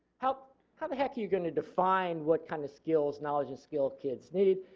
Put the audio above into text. how how the heck are you going to define what kind of skills, knowledge and skills kids need?